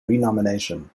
renomination